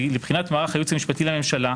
לבחינת מערך הייעוץ המשפטי לממשלה,